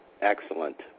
Excellent